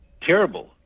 terrible